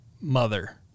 mother